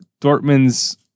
Dortmund's